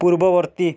ପୂର୍ବବର୍ତ୍ତୀ